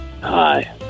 Hi